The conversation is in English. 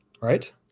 right